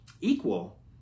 equal